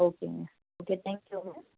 ஓகேங்க okay thank யூங்க